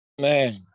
Man